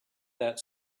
that